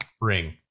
ring